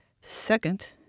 Second